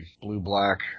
blue-black